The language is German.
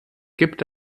gibt